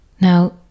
Now